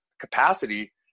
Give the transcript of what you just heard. capacity